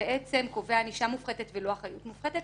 שבצעם קובע ענישה מופחתת ולא אחריות מופחת.